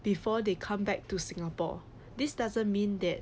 before they come back to singapore this doesn't mean that